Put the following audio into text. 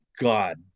God